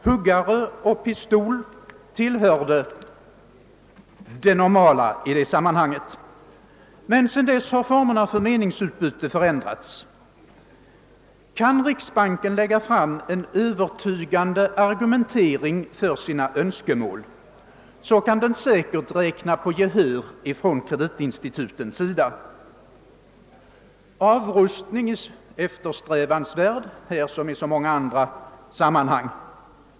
Huggare och pistol tillhörde då det normala i utrustningen. Men sedan dess har formerna för meningsutbytet förändrats. Kan riksbanken lägga fram en övertygande argumentering för sina önskemål kan den säkert räkna med gehör från kreditinstitutens sida. Avrustning är eftersträvansvärd, här som i många andra sammanhang.